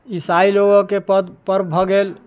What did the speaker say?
इसाइ लोगोंके पर्ब भऽ गेल